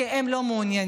כי הם לא מעוניינים.